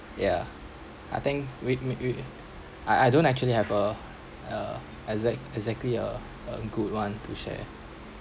yeah I think we make we I I don't actually have a uh exact~ exactly uh a good one to share